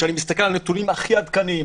כשאני מסתכל על הנתונים הכי עדכניים,